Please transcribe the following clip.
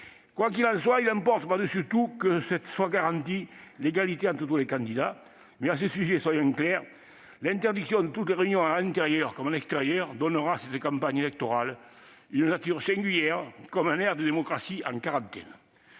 Quoi qu'il en soit, il importe par-dessus tout que l'égalité entre tous les candidats soit garantie. À ce sujet, soyons clairs : l'interdiction de toutes les réunions en intérieur comme en extérieur donnera à cette campagne électorale une nature singulière, comme un air de démocratie en quarantaine.